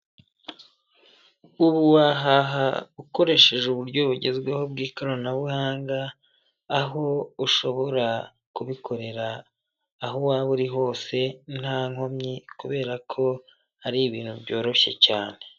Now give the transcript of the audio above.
Ubu wahaha ukoresheje uburyo bugezweho bw'ikoranabuhanga, aho ushobora kubikorera aho waba uri hose nta nkomyi kubera ko ari ibintu byoroshye cyane.